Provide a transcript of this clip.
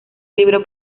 libro